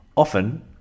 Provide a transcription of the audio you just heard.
Often